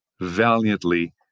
valiantly